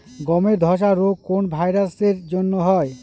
গমের ধসা রোগ কোন ভাইরাস এর জন্য হয়?